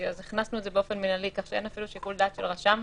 אז הכנסנו את זה באופן מנהלי כך שאין אפילו שיקול דעת של רשם.